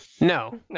No